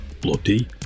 Bloody